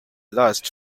lasts